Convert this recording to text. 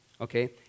okay